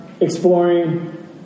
exploring